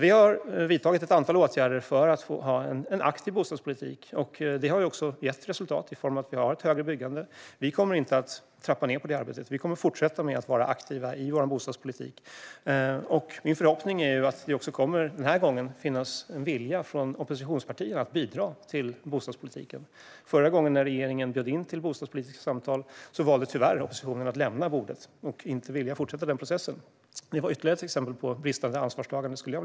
Vi har alltså vidtagit ett antal åtgärder för att ha en aktiv bostadspolitik. Det har också gett resultat i form av ett högre byggande. Vi kommer inte att trappa ned vårt arbete, utan tänker fortsätta vara aktiva i bostadspolitiken. Min förhoppning är att det denna gång kommer att finnas en vilja hos oppositionspartierna att bidra till bostadspolitiken. Förra gången regeringen bjöd in till bostadspolitiska samtal valde oppositionen tyvärr att lämna bordet och ville inte fortsätta med den processen. Det var ytterligare ett exempel på bristande ansvarstagande.